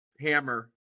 Hammer